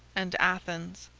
and athens.